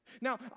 Now